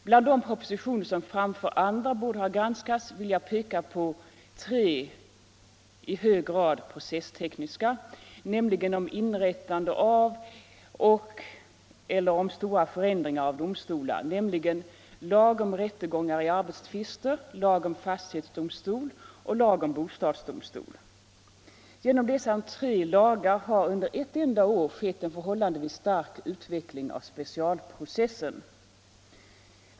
Bland de propositioner som framför andra borde ha granskats vill jag peka på tre i hög grad processtekniska lagar, lagar om inrättande av och/eller stora förändringar av domstolar, nämligen lag om rättegångar i arbetstvister, lag om fastighetsdomstol och lag om bostadsdomstol. Genom dessa tre lagar har under ett enda år skett en förhållandevis stark utveckling av special processen.